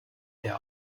der